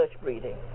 breeding